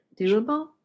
doable